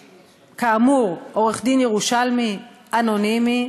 כאמור, עורך-דין ירושלמי אנונימי,